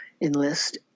enlist